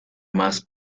más